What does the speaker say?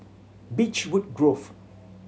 Beechwood Grove